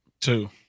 Two